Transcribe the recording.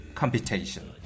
computation